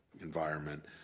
environment